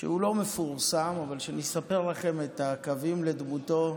הוא לא מפורסם אבל כשאני אספר לכם את הקווים לדמותו,